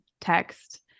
text